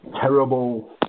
terrible